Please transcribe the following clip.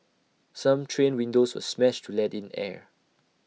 some train windows were smashed to let in air